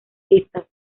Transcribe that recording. listas